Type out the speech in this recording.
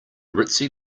ritzy